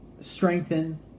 strengthen